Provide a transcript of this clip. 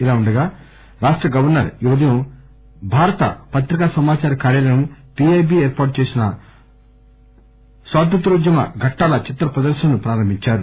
ఇలా ఉండగా గవర్సర్ ఈ ఉదయం భారత పత్రికా సమాచార కార్యాలయం పీఐబీ ఏర్పాటు చేసిన స్వాతంత్ర్యద్యోమ ఘట్టాల చిత్ర ప్రదర్శనను ప్రారంభించారు